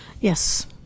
Yes